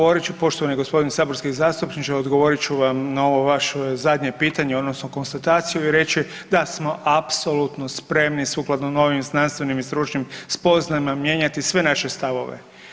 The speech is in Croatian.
Odgovorit ću poštovani g. saborski zastupniče, odgovorit ću vam na ovo vaše zadnje pitanje odnosno konstataciju i reći da smo apsolutno spremni sukladno novim znanstvenim i stručnim spoznajama mijenjati sve naše stavove.